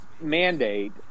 mandate